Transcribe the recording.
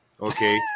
okay